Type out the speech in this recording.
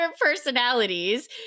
personalities